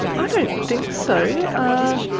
i don't think so. ah